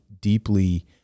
deeply